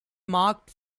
marked